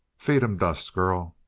feed em dust, girl!